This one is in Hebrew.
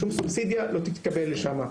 שום סובסידיה לא תתקבל לשם.